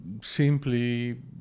simply